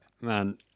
Man